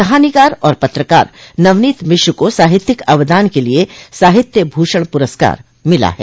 कहानीकार और पत्रकार नवनीत मिश्र को साहित्यिक अवदान के लिये साहित्य भूषण पुरस्कार मिला है